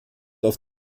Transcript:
auf